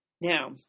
Now